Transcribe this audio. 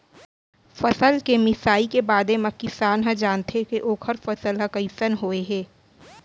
फसल के मिसाई के बादे म किसान ह जानथे के ओखर फसल ह कइसन होय हे